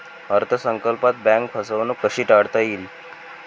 अर्थ संकल्पात बँक फसवणूक कशी टाळता येईल?